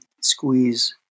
squeeze